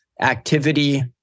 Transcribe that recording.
activity